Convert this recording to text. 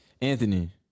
Anthony